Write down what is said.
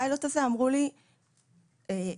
שם זה היה בארגון הרופאים,